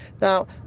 Now